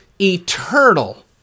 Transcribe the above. eternal